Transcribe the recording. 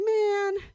man